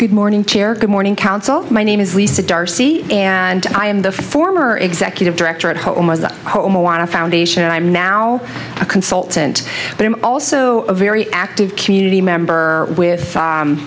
good morning chair good morning counsel my name is lisa d'arcy and i am the former executive director at home was the home on a foundation and i'm now a consultant but i'm also a very active community member with